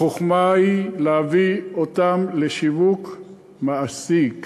החוכמה היא להביא אותם לשיווק מעשי,